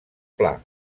pla